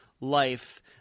life